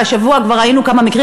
והשבוע כבר ראינו כמה מקרים,